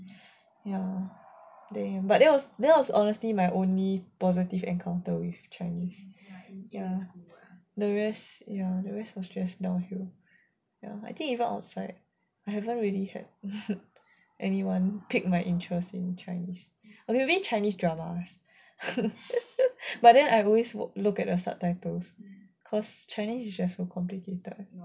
ya damn but that was that was honestly my only positive encounter with chinese the rest was just downhill ya I think even outside I haven't really had anyone piqued my interest in chinese okay maybe chinese dramas but then I always look at the subtitles cause chinese is just so complicated